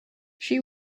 she